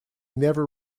never